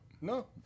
No